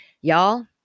Y'all